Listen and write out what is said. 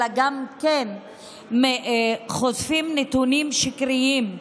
אלא גם כותבים נתונים שקריים,